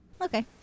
okay